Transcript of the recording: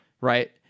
Right